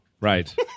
Right